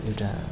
एउटा